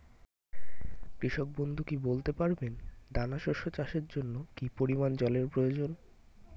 কৃষক বন্ধু কি বলতে পারবেন দানা শস্য চাষের জন্য কি পরিমান জলের প্রয়োজন?